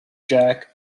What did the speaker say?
jack